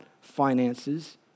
finances